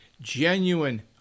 genuine